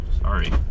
sorry